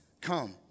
come